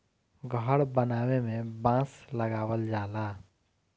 घर बनावे में बांस लगावल जाला